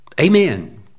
Amen